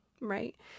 right